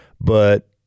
But-